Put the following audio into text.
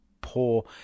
poor